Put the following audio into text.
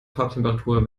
farbtemperatur